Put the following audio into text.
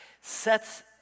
sets